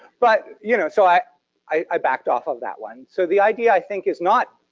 but, you know, so i i backed off of that one. so the idea, i think, is not,